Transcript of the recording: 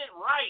right